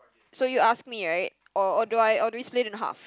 so you ask me right or or do I or do we split into half